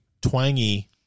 twangy